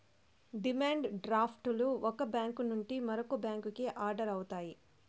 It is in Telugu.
డిమాండ్ డ్రాఫ్ట్ లు ఒక బ్యాంక్ నుండి మరో బ్యాంకుకి ఆర్డర్ అవుతాయి